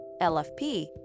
LFP